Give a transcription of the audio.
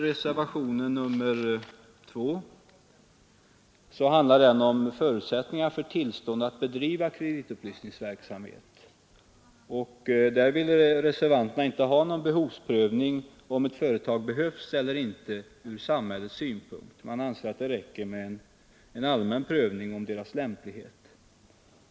Reservationen 2 handlar om förutsättningar för tillstånd att bedriva kreditupplysningsverksamhet. Reservanterna vill inte ha någon prövning av frågan huruvida företagen behövs eller inte ur samhällets synpunkt. De anser att det räcker med en allmän prövning av deras lämplighet.